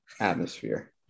atmosphere